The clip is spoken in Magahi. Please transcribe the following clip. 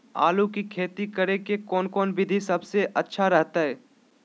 आलू की खेती करें के कौन कौन विधि सबसे अच्छा रहतय?